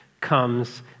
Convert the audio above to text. comes